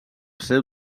seu